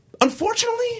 Unfortunately